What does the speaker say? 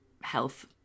health